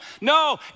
No